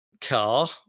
car